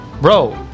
bro